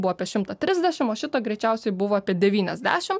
buvo apie šimtą trisdešim o šito greičiausiai buvo apie devyniasdešim